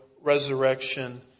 resurrection